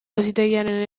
auzitegiaren